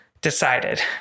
decided